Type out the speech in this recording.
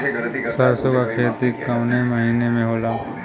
सरसों का खेती कवने महीना में होला?